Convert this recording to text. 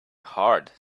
hard